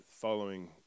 following